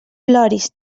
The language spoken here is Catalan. ploris